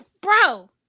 bro